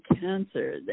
cancer